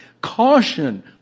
caution